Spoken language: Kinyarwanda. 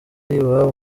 iwabo